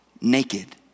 naked